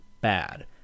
bad